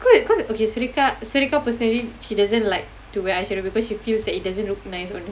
wait because okay surekha surekha personally she doesn't like to wear eyeshadow because she feels like it doesn't look nice on her